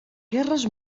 guerres